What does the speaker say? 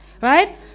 right